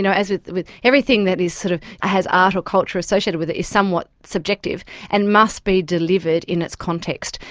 you know as with with everything that has sort of has art or culture associated with it, it's somewhat subjective and must be delivered in its context.